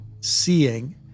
seeing